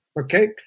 Okay